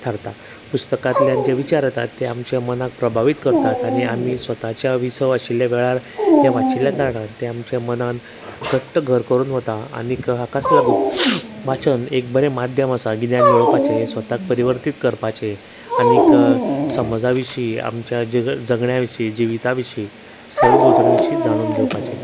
थारता पुस्तकांतल्यान जे विचार आसा ते आमचे मनाक प्रभावीत करतात आनी स्वताच्या विसव आशिल्ल्या वेळार तें वाचिल्लें कारणान तें आमच्या मनांत घट्ट घर करून वता आनी हाकाच लागून वाचन एक बरें माध्यम आसा गिन्यान मेळोवपाचें स्वताक परिवर्तीत करपाचें आनीक समाजा विशीं आमच्या जगण्या विशीं जिविता विशीं सरभोंवतणी विशीं जाणून घेवपाचें